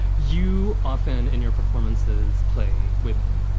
you often in your performances play women.